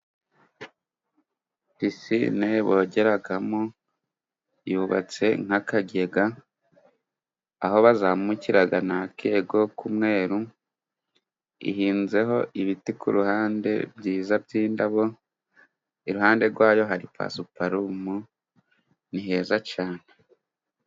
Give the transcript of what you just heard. Pisine bogeramo yubatse nk'akagega aho bazamukira ni akego k'umweru , ihinzeho ibiti ku ruhande byiza by'indabo, iruhande rwayo hari pasuparumu niheza cyane.